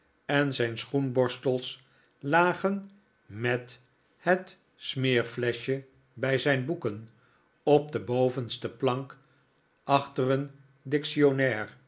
en zijn schoenborstels lagen met het smeerfleschje bij zijn boeken op de bovenste plank achter een